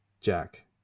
Jack